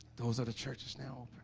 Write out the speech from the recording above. those are the churches now